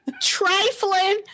Trifling